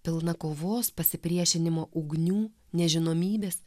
pilna kovos pasipriešinimo ugnių nežinomybės